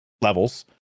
levels